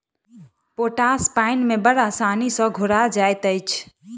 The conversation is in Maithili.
पोटास पाइन मे बड़ आसानी सॅ घोरा जाइत अछि